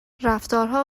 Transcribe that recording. رفتارها